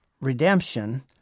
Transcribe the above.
redemption